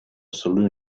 saloon